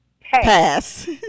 pass